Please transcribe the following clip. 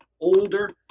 older